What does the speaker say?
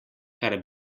kar